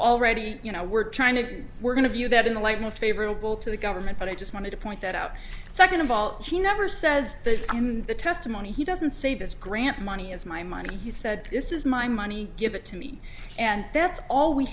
already you know we're trying to we're going to view that in the light most favorable to the government but i just wanted to point that out second of all he never says that i'm the testimony he doesn't say this grant money is my money and he said this is my money give it to me and that's all we